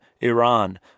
Iran